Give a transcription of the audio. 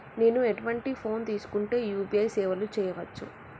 నేను ఎటువంటి ఫోన్ తీసుకుంటే యూ.పీ.ఐ సేవలు చేయవచ్చు?